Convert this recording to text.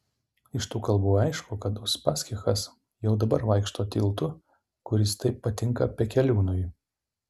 iš tų kalbų aišku kad uspaskichas jau dabar vaikšto tiltu kuris taip patinka pekeliūnui